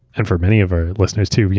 and for many of our listeners, too,